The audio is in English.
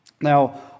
Now